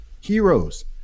heroes